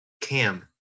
cam